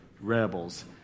rebels